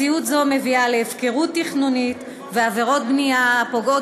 מציאות זו מביאה להפקרות תכנונית ועבירות בנייה הפוגעות